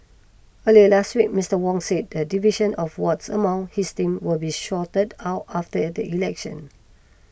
earlier last week Mister Wong said the division of wards among his team will be sorted out after it election